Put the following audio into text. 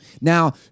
Now